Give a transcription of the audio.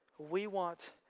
we want,